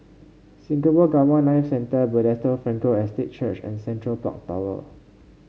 Singapore Gamma Knife Centre Bethesda Frankel Estate Church and Central Park Tower